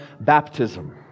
baptism